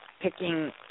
picking